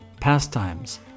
pastimes